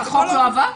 החוק לא עבר?